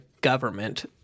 government